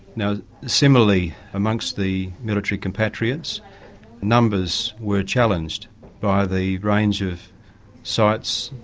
now similarly amongst the military compatriots numbers were challenged by the range of sights,